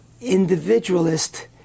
individualist